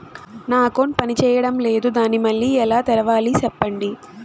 నా అకౌంట్ పనిచేయడం లేదు, దాన్ని మళ్ళీ ఎలా తెరవాలి? సెప్పండి